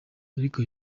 ariko